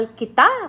kita